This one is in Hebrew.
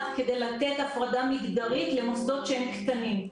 כדי לתת הפרדה מגדרית למוסדות שהם קטנים.